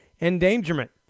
endangerment